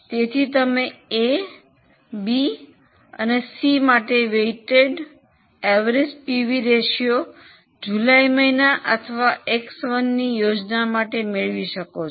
તેથી તમે A B C માટે વેઈટેડ સરેરાશ પીવી રેશિયો જુલાઈ મહિના અથવા X1 ની યોજના માટે મેળવી શકો છો